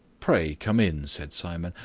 pray come in, said simon.